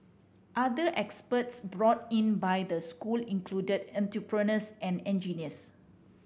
other experts brought in by the school include entrepreneurs and engineers